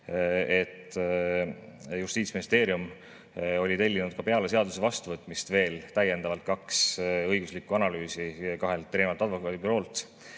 et Justiitsministeerium oli tellinud peale seaduse vastuvõtmist veel täiendavalt kaks õiguslikku analüüsi kahelt erinevalt advokaadibüroolt,